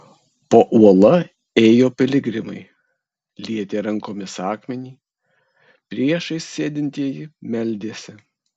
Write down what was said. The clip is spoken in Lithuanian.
po uola ėjo piligrimai lietė rankomis akmenį priešais sėdintieji meldėsi